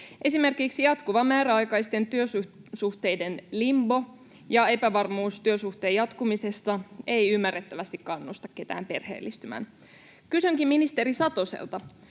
Esimerkiksi jatkuva määräaikaisten työsuhteiden limbo ja epävarmuus työsuhteen jatkumisesta ei ymmärrettävästi kannusta ketään perheellistymään. Kysynkin ministeri Satoselta: